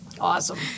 awesome